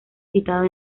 citado